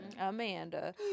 Amanda